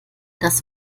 das